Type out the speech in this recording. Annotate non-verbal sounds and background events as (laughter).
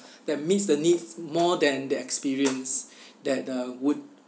that meets the needs more than the experience (breath) that uh would